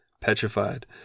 petrified